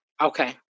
Okay